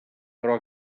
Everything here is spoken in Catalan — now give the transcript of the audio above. però